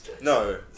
No